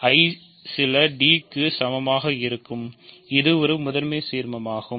I சில d க்கு சமமாக இருக்கட்டும் இது ஒரு முதன்மை சீர்மமாகும்